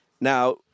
now